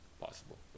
possible